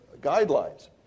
guidelines